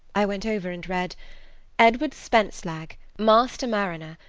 i went over and read edward spencelagh, master mariner,